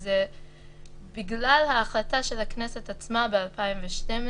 וזה בגלל ההחלטה של הכנסת עצמה ב-2012,